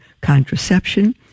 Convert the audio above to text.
contraception